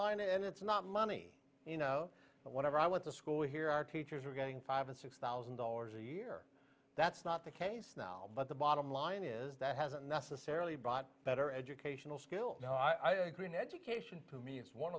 line is it's not money you know whatever i went to school here our teachers were getting five and six thousand dollars a year that's not the case now but the bottom line is that hasn't necessarily bought better educational skills no i agree an education for me it's one